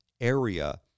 area